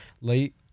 late